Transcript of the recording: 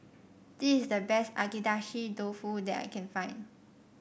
this is the best Agedashi Dofu that I can find